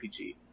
RPG